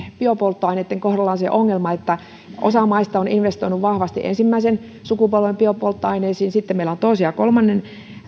biopolttoaineitten kohdalla on se ongelma että osa maista on investoinut vahvasti ensimmäisen sukupolven biopolttoaineisiin ja sitten meillä on toisen ja kolmannen